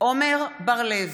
עמר בר לב,